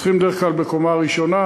והם צריכים בדרך כלל דירה בקומה ראשונה,